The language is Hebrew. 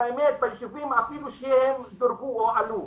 באותם יישובים שמדד הסוציו-אקונומי שלהם עלה אף הוא עלה?